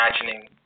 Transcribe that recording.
imagining